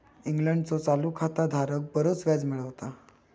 इंग्लंडचो चालू खाता धारक बरोच व्याज मिळवता